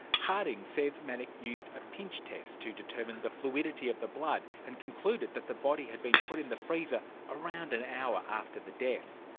harding says manock used a pinch test to determine the fluidity of the blood and concluded that the body had been put in the freezer around an hour after the death.